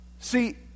See